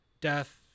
death